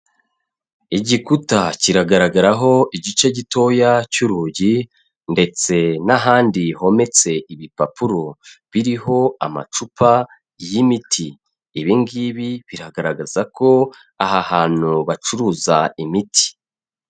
Igikuta kiragaragaraho igice gitoya cy'urugi ndetse n'ahandi hometse ibipapuro biriho amacupa y'imiti, ibi ngibi biragaragaza ko aha hantu bacuruza imiti.